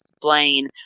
explain